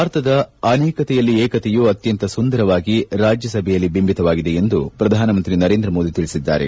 ಭಾರತದ ಅನೇಕತೆಯಲ್ಲಿ ಏಕತೆಯು ಅತ್ಯಂತ ಸುಂದರವಾಗಿ ರಾಜ್ಯಸಭೆಯಲ್ಲಿ ಬಿಂಬಿತವಾಗಿದೆ ಎಂದು ಪ್ರಧಾನಮಂತ್ರಿ ನರೇಂದ್ರ ಮೋದಿ ತಿಳಿಸಿದ್ದಾರೆ